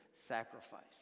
sacrifice